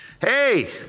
Hey